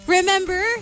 Remember